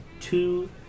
two